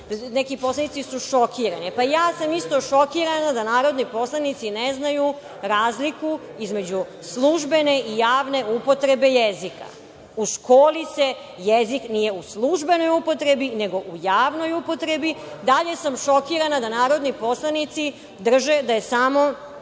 Neki poslanici su šokirani, pa i ja sam isto šokirana da narodni poslanici ne znaju razliku između službene i javne upotrebe jezika. U školi jezik nije u službenoj upotrebi nego u javnoj upotrebi. Dalje sam šokirana da narodni poslanici drže da je samo